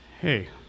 Hey